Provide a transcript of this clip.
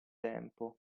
tempo